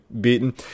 beaten